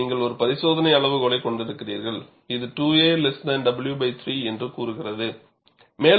இங்கே நீங்கள் ஒரு பரிசோதனை அளவுகோலைக் கொண்டிருக்கிறீர்கள் இது2a w3 என்று கூறுகிறது